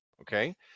Okay